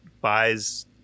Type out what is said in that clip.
buys